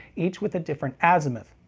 each with a different azimuth.